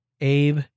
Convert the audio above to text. abe